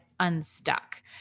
unstuck